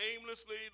aimlessly